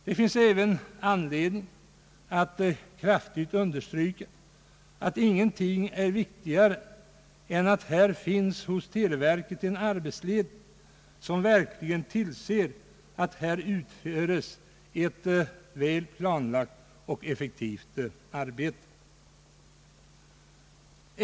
Det finns även anledning att kraftigt understryka att ingenting är viktigare än att det hos televerket finns en arbetsledning som verkligen tillser att det utförs ett väl planlagt och effektivt arbete.